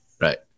right